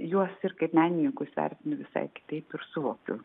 juos ir kaip menininkus vertinu visai kitaip ir suvokiu